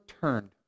turned